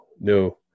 no